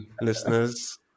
listeners